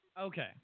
Okay